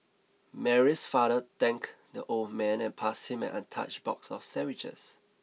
Mary's father thanked the old man and passed him an untouched box of sandwiches